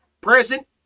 present